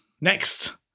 Next